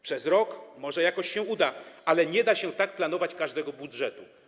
Przez rok może jakoś się uda, ale nie da się tak planować każdego budżetu.